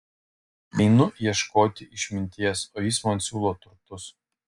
ateinu ieškoti išminties o jis man siūlo turtus